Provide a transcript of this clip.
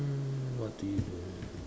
um what do you put lah